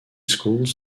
schools